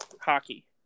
hockey